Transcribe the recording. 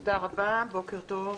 תודה, בוקר טוב,